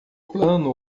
plano